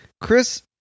Chris